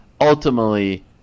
ultimately